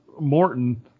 Morton